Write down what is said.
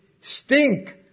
stink